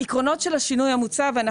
העקרונות של השינוי המוצע הם: